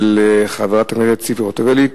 של חברת הכנסת ציפי חוטובלי,